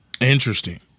Interesting